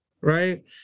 right